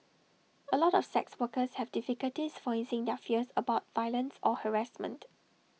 A lot of sex workers have difficulties voicing their fears about violence or harassment